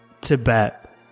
tibet